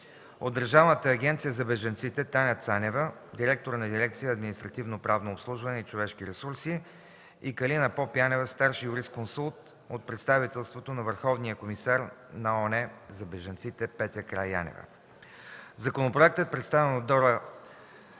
от Държавната агенция за бежанците: Таня Цанева – директор на дирекция „Административноправно обслужване и човешки ресурси”, и Калина Попянева – старши юрисконсулт от Представителството на Върховния комисар на ООН за бежанците – Петя Караянева. Законопроектът, представен от Дора